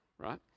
right